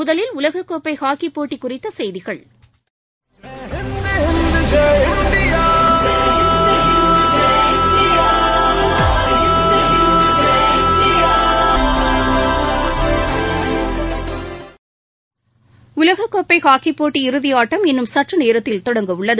முதலில் உலகக்கோப்பைஹாக்கிபோட்டிகுறித்தசெய்திகள் உலகக்கோப்பைஹாக்கிப்போட்டி இறுதியாட்டம் இன்னும் சற்றுநோத்தில் தொடங்கவுள்ளது